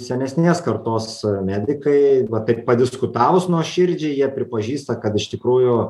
senesnės kartos medikai va taip padiskutavus nuoširdžiai jie pripažįsta kad iš tikrųjų